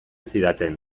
zidaten